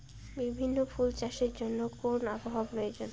বিভিন্ন ফুল চাষের জন্য কোন আবহাওয়ার প্রয়োজন?